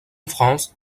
france